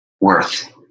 worth